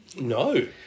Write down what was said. No